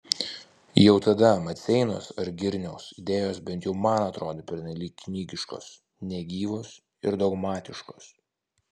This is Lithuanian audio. jau tada maceinos ar girniaus idėjos bent jau man atrodė pernelyg knygiškos negyvos ir dogmatiškos